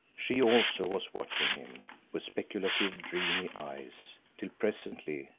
she also was watching him, with speculative, dreamy eyes, till presently,